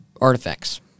artifacts